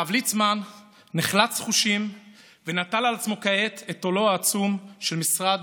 הרב ליצמן נחלץ חושים ונטל על עצמו כעת את עולו העצום של משרד